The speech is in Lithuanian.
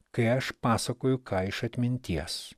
kai aš pasakoju ką iš atminties